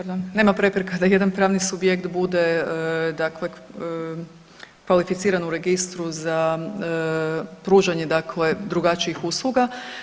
pardon, nema prepreka da jedan pravni subjekt bude dakle kvalificiran u registru za pružanje dakle drugačijih usluga.